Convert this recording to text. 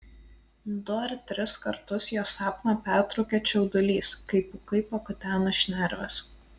du ar tris kartus jo sapną pertraukia čiaudulys kai pūkai pakutena šnerves